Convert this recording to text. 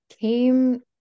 came